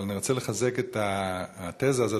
אבל אני רוצה לחזק את התזה הזאת.